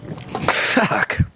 Fuck